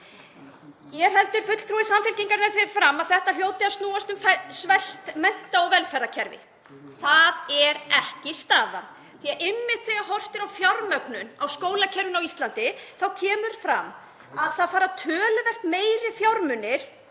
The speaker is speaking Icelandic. Hér heldur fulltrúi Samfylkingarinnar því fram að þetta hljóti að snúast um svelt mennta- og velferðarkerfi. Það er ekki staðan því að einmitt þegar horft er á fjármögnun á skólakerfinu á Íslandi kemur fram að það fara töluvert meiri fjármunir